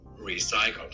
recycled